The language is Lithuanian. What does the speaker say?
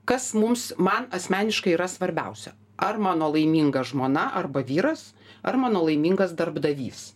kas mums man asmeniškai yra svarbiausia ar mano laiminga žmona arba vyras ar mano laimingas darbdavys